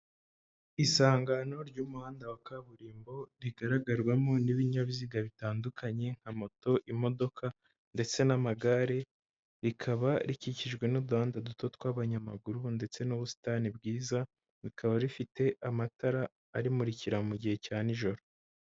Isangano ry'umuhanda wa kaburimbo, rigaragarwamo n'ibinyabiziga bitandukanye nka moto, imodoka ndetse n'amagare, rikaba rikikijwe n'uduhanda duto tw'abanyamaguru ndetse n'ubusitani bwiza, rikaba rifite amatara arimurikira mu gihe cya nijoro.